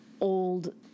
old